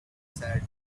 said